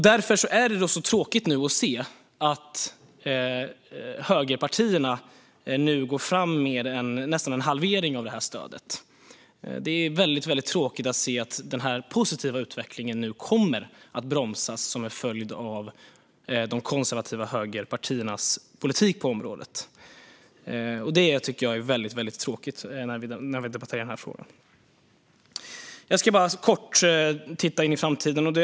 Därför är det nu tråkigt att se att högerpartierna går fram med nästan en halvering av stödet. Det är väldigt tråkigt att den positiva utvecklingen nu kommer att bromsas som en följd av de konservativa högerpartiernas politik på området. Detta är väldigt tråkigt. Jag ska bara kort titta in i framtiden.